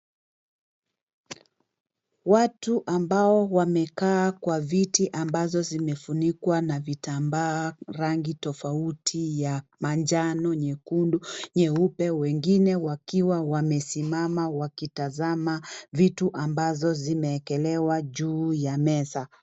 Watu ambao wamekaa Kwa viti ambazo zimefunikwa na vitamba rangi tofauti ya; manjano, nyekundu, nyeupe wengine wakiwa wamesimama wakitazama vitu ambazo zimeekelewa juu ya meza